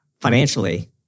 financially